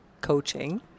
coaching